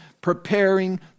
preparing